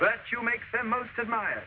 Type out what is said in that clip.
but you make the most of mine